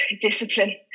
discipline